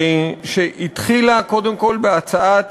שהתחילה קודם כול בהצעת